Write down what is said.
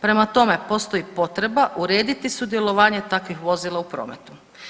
Prema tome, postoji potreba urediti sudjelovanje takvih vozila u prometu.